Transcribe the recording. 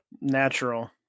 Natural